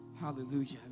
Hallelujah